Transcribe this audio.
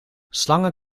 slangen